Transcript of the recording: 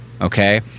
okay